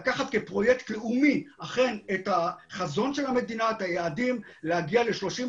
לקחת כפרויקט לאומי את החזון של המדינה להגיע ל-30%,